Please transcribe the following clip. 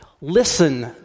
Listen